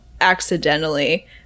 Accidentally